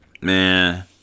man